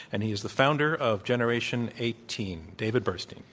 and he is the founder of generation eighteen. david burstein.